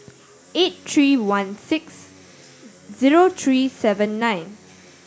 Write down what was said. eight three one six zero three seven nine